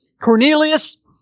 Cornelius